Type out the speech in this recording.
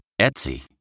Etsy